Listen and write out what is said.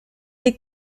est